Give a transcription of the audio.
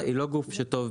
חוק חוזה